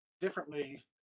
differently